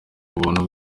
buntu